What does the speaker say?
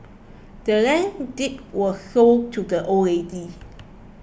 the land's deed was sold to the old lady